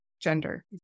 gender